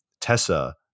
Tessa